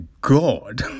God